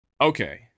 okay